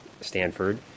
Stanford